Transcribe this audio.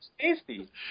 tasty